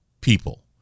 people